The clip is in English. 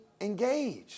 engaged